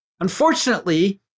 Unfortunately